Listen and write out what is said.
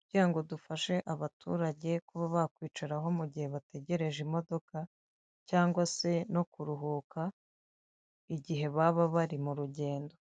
kugira ngo dufashe abaturage kuba bakwicaraho mu gihe bategereje imodoka cyangwa se no kuruhuka igihe baba bari mu rugendo.